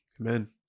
Amen